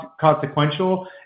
consequential